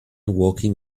walking